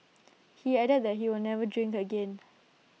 he added that he will never drink again